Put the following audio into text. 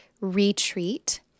retreat